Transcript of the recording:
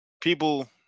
people